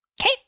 Okay